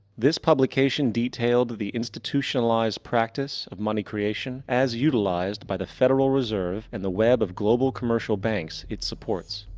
this publication detailed the institutionalized practice of money creation as utilized by the federal reserve and the web of global commercial banks it supports.